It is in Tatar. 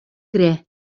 керә